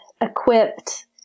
equipped